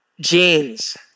Jeans